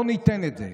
לא ניתן את זה.